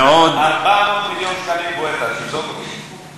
מענקי האיזון גדלו ב-400 מיליון שקלים.